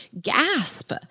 gasp